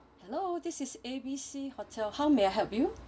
hello this is A B C hotel how may I help you